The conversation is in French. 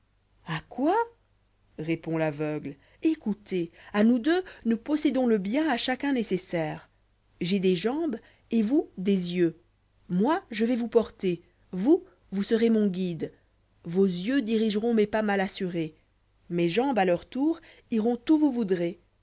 a quoi répond l'aveugle écoutez à nous deux nous possédons le bien à chacun nécessaire j'ai des jambes et vous des yeux moi je vais vous porter vous vous serez mon guide vos yeux dirigeront mes pas mal assurés mes jambes à leur tour iront où vous voudrez